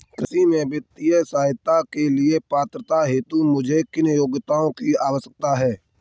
कृषि में वित्तीय सहायता के लिए पात्रता हेतु मुझे किन योग्यताओं की आवश्यकता है?